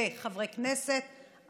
וחברי כנסת,